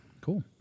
Cool